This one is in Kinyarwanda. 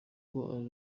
kuko